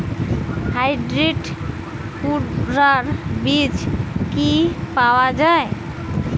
Hybrid কুমড়ার বীজ কি পাওয়া য়ায়?